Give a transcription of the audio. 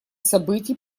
событий